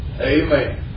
Amen